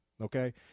okay